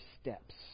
steps